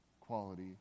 quality